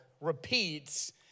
repeats